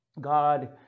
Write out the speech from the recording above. God